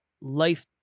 life